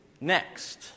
Next